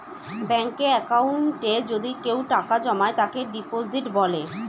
ব্যাঙ্কে একাউন্টে যদি কেউ টাকা জমায় তাকে ডিপোজিট বলে